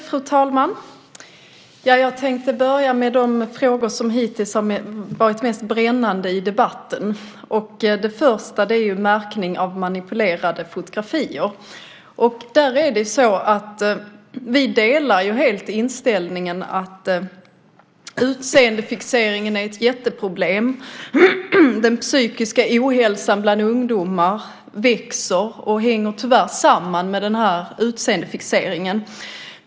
Fru talman! Jag tänkte börja med de frågor som hittills i debatten varit mest brännande. Den första gäller märkning av manipulerade fotografier. Vi delar helt inställningen att utseendefixeringen är ett jätteproblem. Den psykiska ohälsan bland ungdomar växer, och det hänger tyvärr samman med utseendefixeringen.